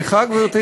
סליחה, גברתי.